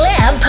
Lab